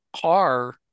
car